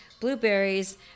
blueberries